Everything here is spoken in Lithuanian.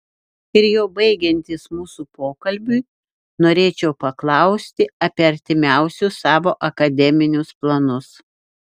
ir jau baigiantis mūsų pokalbiui norėčiau paklausti apie artimiausius savo akademinius planus